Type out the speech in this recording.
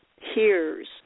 hears